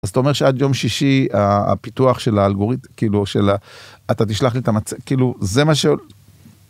אז אתה אומר שעד יום שישי הפיתוח של האלגוריתם... כאילו, של ה... אתה תשלח לי את המצגת, כאילו, זה מה ש...